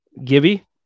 Gibby